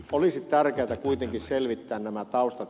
olisi tärkeätä kuitenkin selvittää nämä taustat